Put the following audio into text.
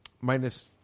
Minus